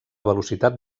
velocitat